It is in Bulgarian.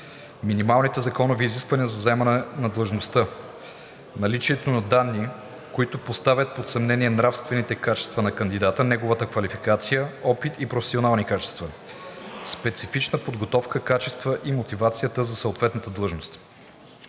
минималните законови изисквания за заемане на длъжността; 2. наличието на данни, които поставят под съмнение нравствените качества на кандидата, неговите квалификация, опит и професионални качества; 3. специфичната подготовка, качествата и мотивацията за съответната длъжност.